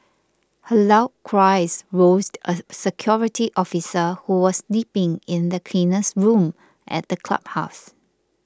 her loud cries roused a security officer who was sleeping in the cleaner's room at the clubhouse